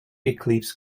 eclipse